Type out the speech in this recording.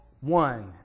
one